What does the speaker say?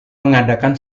mengadakan